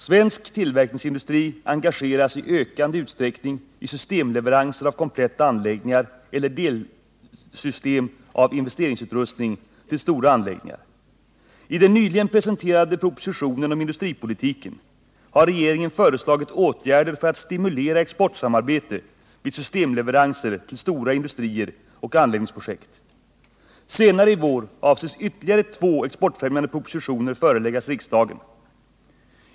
Svensk tillverkningsindustri engageras i ökande utsträckning i systemleveranser av kompletta anläggningar eller delsystem av investeringsutrustning till stora anläggningar. I den nyligen presenterade propositionen om industripolitiken har regeringen föreslagit åtgärder för att stimulera exportsamarbete vid systemleveranser till stora industrier och anläggningsprojekt. Senare i vår avses ytterligare två exportfrämjande propositioner föreläggas riksdagen.